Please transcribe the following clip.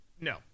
no